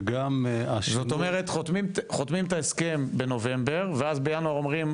זאת אומרת חותמים את ההסכם בנובמבר ואז בינואר אומרים,